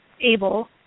able